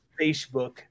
Facebook